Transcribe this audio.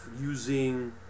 using